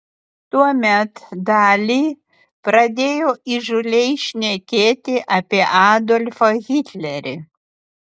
tuomet dali pradėjo įžūliai šnekėti apie adolfą hitlerį